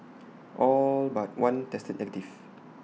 all but one tested negative